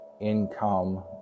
income